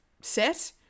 set